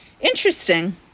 interesting